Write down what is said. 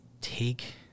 take